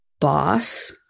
boss